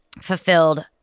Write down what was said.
fulfilled